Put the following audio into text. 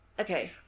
Okay